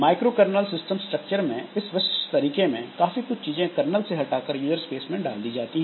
microkernel system structure में इस विशिष्ट तरीके में काफी कुछ चीजें कर्नल से हटाकर यूजर स्पेस में डाल दी जाती हैं